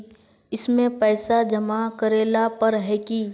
इसमें पैसा जमा करेला पर है की?